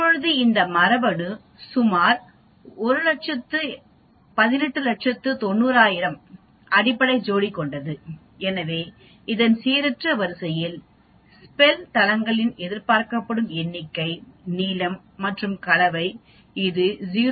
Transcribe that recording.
இப்போது இந்த மரபணு சுமார் 1890000 அடிப்படை ஜோடி கொண்டது எனவே இதன் சீரற்ற வரிசையில் ஸ்பெல் தளங்களின் எதிர்பார்க்கப்படும் எண்ணிக்கை நீளம் மற்றும் கலவை இது 0